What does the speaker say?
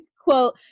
quote